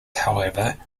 however